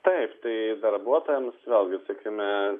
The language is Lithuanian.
taip tai darbuotojams vėlgi sakykime